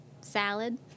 Salad